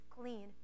clean